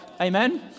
Amen